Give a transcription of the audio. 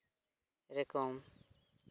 ᱨᱚᱠᱚᱢ